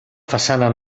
façana